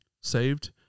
saved